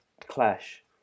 clash